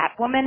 Catwoman